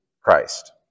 Christ